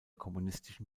kommunistischen